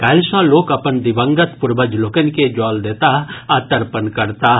काल्हि सँ लोक अपन दिवंगत पूर्वज लोकनि के जल देताह आ तर्पण करताह